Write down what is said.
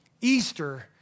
Easter